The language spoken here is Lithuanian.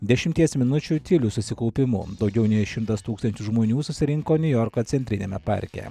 dešimties minučių tyliu susikaupimu daugiau nei šimtas tūkstančių žmonių susirinko niujorko centriniame parke